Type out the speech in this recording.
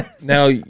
Now